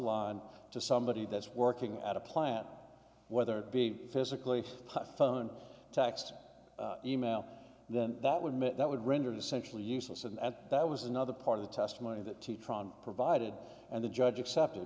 lawn to somebody that's working at a plant whether it be physically phone text email then that would that would render the central useless and that was another part of the testimony that provided and the judge accepted